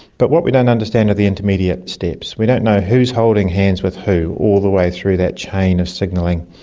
but what we don't understand are the intermediate steps. we don't know who's holding hands with who all the way through that chain of signalling,